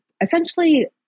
essentially